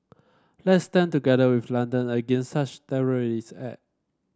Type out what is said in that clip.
let's stand together with London against such terrorist act